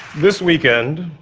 this weekend,